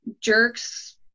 jerks